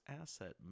asset